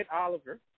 Oliver